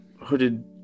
hooded